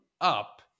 up